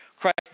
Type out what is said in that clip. Christ